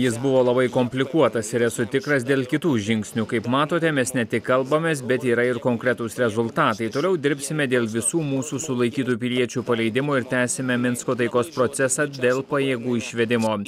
jis buvo labai komplikuotas ir esu tikras dėl kitų žingsnių kaip matote mes ne tik kalbamės bet yra ir konkretūs rezultatai toliau dirbsime dėl visų mūsų sulaikytų piliečių paleidimo ir tęsime minsko taikos procesą dėl pajėgų išvedimo